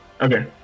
Okay